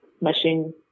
machine